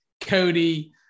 Cody